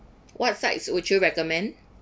what sides would you recommend